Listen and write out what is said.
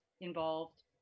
involved